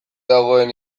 dagoen